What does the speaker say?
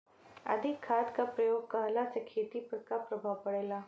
अधिक खाद क प्रयोग कहला से खेती पर का प्रभाव पड़ेला?